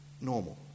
normal